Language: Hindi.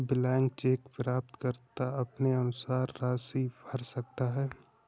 ब्लैंक चेक प्राप्तकर्ता अपने अनुसार राशि भर सकता है